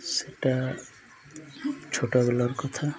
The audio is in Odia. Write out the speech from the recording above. ସେଟା ଛୋଟବେଲର କଥା